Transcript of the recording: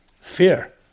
fear